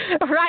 Right